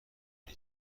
کلی